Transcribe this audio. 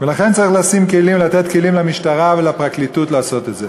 ולכן צריך לתת כלים למשטרה ולפרקליטות לעשות את זה.